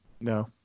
No